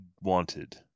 wanted